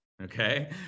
Okay